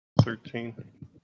Thirteen